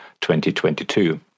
2022